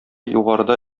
югарыда